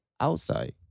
outside